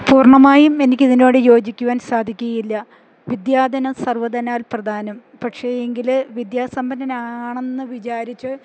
പൂർണ്ണമായും എനിക്കിതിനോട് യോജിക്കുവാൻ സാധിക്കുകയില്ല വിദ്യാധനം സർവ്വ ധനാൽ പ്രധാനം പക്ഷേ എങ്കില് വിദ്യാസമ്പന്നനാണെന്ന് വിചാരിച്ച്